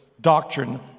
doctrine